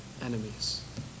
enemies